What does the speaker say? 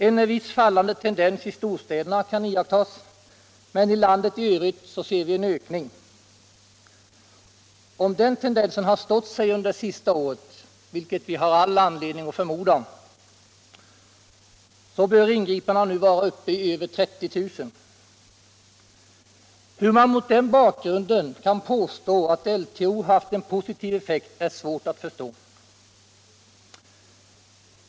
En viss fallande tendens i storstäderna kan iakttas, men i landet i övrigt ser vien ökning. Om den tendensen har stått sig under det senaste året — vilket vi har all anledning att förmoda — bör ingripandena nu vara uppe i över 30 000. Hur man mot den bakgrunden kan påstå att LTO haft en positiv effekt är svårt att förstå.